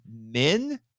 men